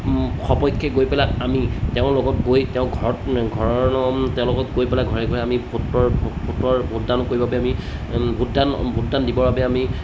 সপক্ষে গৈ পেলাই আমি তেওঁৰ লগত গৈ তেওঁ ঘৰত ঘৰৰ তেওঁ লগত গৈ পেলাই ঘৰে ঘৰে আমি ভোটৰ ভোটৰ ভোটদান কৰিবৰ বাবে আমি ভোটদান ভোটদান দিবৰ বাবে আমি